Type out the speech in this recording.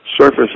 Surface